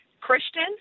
Christian